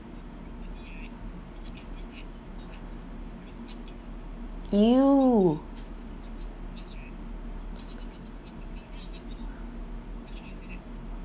!eww!